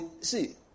see